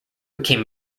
became